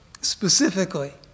specifically